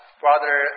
Brother